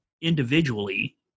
individually